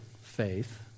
faith